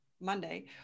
Monday